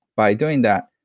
by doing that,